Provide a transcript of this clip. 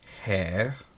hair